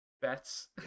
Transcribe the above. bets